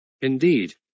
Indeed